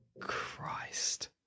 Christ